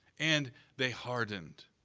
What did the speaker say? and they hardened.